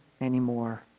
anymore